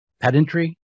pedantry